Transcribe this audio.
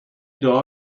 دعا